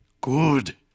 Good